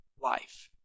life